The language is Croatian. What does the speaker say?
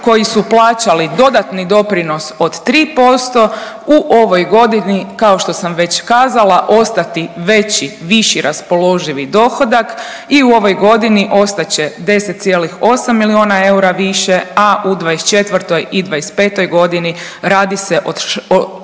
koji su plaćali dodatni doprinos od 3% u ovoj godini kao što sam već kazala ostati veći, viši raspoloživi dohodak i u ovoj godini ostat će 10,8 milijuna eura više, a u '24. i '25. godini radi se o